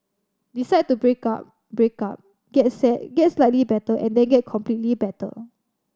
decide to break up break up get sad get slightly better and then get completely better